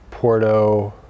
Porto